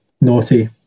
naughty